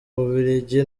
bubiligi